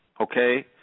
okay